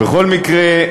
בכל מקרה,